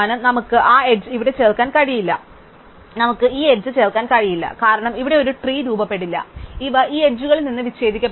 നമുക്ക് ആ എഡ്ജ് ഇവിടെ ചേർക്കാൻ കഴിയില്ല നമുക്ക് ഈ എഡ്ജ് ചേർക്കാൻ കഴിയില്ല കാരണം ഇവിടെ ഒരു ട്രീ രൂപപ്പെടില്ല ഇവ ഈ അരികുകളിൽ നിന്ന് വിച്ഛേദിക്കപ്പെടും